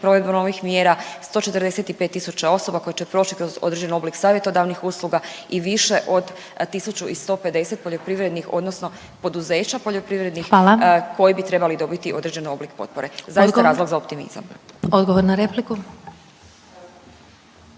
provedbom ovih mjera, 145 tisuća osoba koje će proći kroz određeni oblik savjetodavnih usluga i više od 1.150 poljoprivrednih odnosno poduzeća poljoprivrednih … …/Upadica Sabina Glasovac: Hvala./… … koji bi trebali dobiti određen oblik potpore, zaista razlog za optimizam. **Glasovac, Sabina